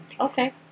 Okay